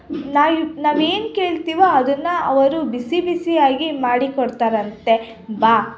ನಾವು ನಾವು ಏನು ಕೇಳ್ತೀವೋ ಅದನ್ನು ಅವರು ಬಿಸಿ ಬಿಸಿಯಾಗಿ ಮಾಡಿ ಕೊಡ್ತಾರಂತೆ ಬಾ